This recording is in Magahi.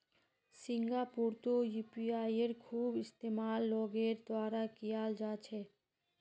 सिंगापुरतो यूपीआईयेर खूब इस्तेमाल लोगेर द्वारा कियाल जा छे